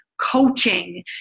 coaching